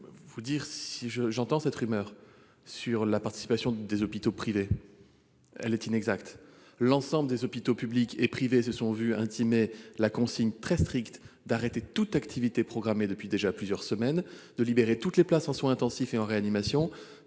d'abord, la rumeur sur la participation des hôpitaux privés est inexacte. L'ensemble des hôpitaux, qu'ils soient publics ou privés, se sont vu intimer la consigne très stricte d'arrêter toute activité programmée depuis plusieurs semaines déjà et de libérer toutes les places en soins intensifs et en réanimation.